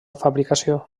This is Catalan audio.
fabricació